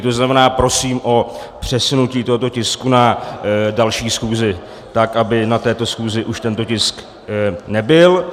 To znamená, prosím o přesunutí tohoto tisku na další schůzi tak, aby na této schůzi už tento tisk nebyl.